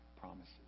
promises